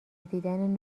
دیدن